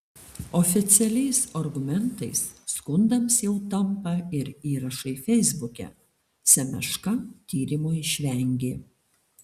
oficialiais argumentais skundams jau tampa ir įrašai feisbuke semeška tyrimo išvengė